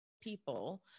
people